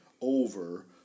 over